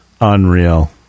Unreal